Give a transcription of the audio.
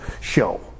show